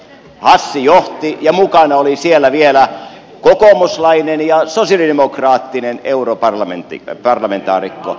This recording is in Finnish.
hassi johti ja mukana olivat siellä vielä kokoomuslainen ja sosialidemokraattinen europarlamentaarikko